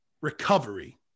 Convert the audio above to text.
recovery